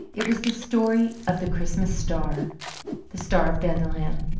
it was the story of the christmas star the star of bethlehem.